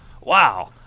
wow